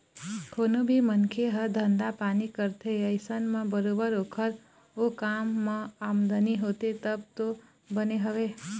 कोनो भी मनखे ह धंधा पानी करथे अइसन म बरोबर ओखर ओ काम म आमदनी होथे तब तो बने हवय